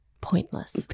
Pointless